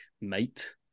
mate